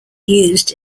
used